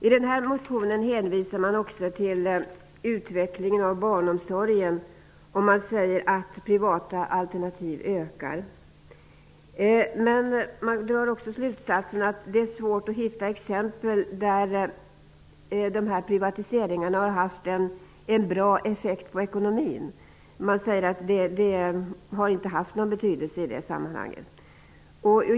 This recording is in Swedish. I sin motion hänvisar Socialdemokraterna också till utvecklingen inom barnomsorgen och förklarar att de privata alternativen ökar. Men de drar slutsatsen att det är svårt att hitta exempel på att privatiseringarna har haft en god effekt på ekonomin. Socialdemokraterna säger att privatiseringarna inte har haft någon effekt i det sammanhanget.